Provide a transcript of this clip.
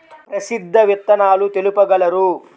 ప్రసిద్ధ విత్తనాలు తెలుపగలరు?